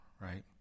right